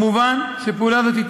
מובן שפעולה זו,